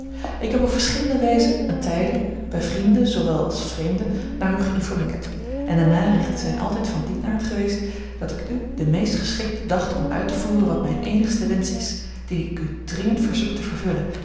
ik heb op verschillende wijzen en tijden bij vrienden zoowel als vreemden naar u geïnformeerd en de narichten zijn altijd van dien aard geweest dat ik u den meest geschikte dacht om uit te voeren wat mijn eenigste wensch is dien ik u dringend verzoek te vervullen